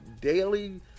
daily